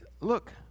look